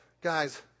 guys